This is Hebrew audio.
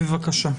בבקשה.